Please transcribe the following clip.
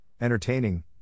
entertaining